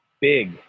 big